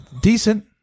decent